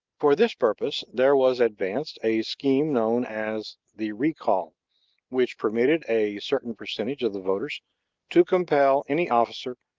for this purpose there was advanced a scheme known as the recall which permitted a certain percentage of the voters to compel any officer,